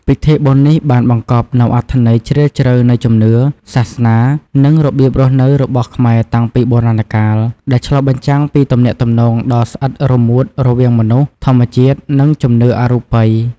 ពិធីបុណ្យនេះបានបង្កប់នូវអត្ថន័យជ្រាលជ្រៅនៃជំនឿ សាសនា និងរបៀបរស់នៅរបស់ខ្មែរតាំងពីបុរាណកាល ដែលឆ្លុះបញ្ចាំងពីទំនាក់ទំនងដ៏ស្អិតរមួតរវាងមនុស្ស ធម្មជាតិ និងជំនឿអរូបិយ។